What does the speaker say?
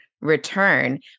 return